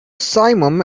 simum